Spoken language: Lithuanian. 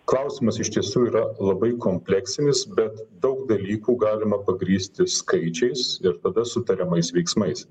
klausimas iš tiesų yra labai kompleksinis bet daug dalykų galima pagrįsti skaičiais ir tada sutariamais veiksmais